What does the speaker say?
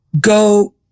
go